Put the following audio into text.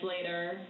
later